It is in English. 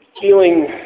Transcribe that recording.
feeling